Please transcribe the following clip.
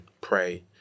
pray